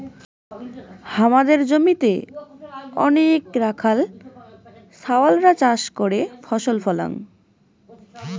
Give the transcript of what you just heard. হামাদের জমিতে অনেইক রাখাল ছাওয়ালরা চাষ করে ফসল ফলাং